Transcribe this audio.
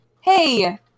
hey